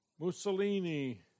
Mussolini